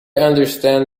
understand